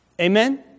Amen